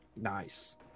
Nice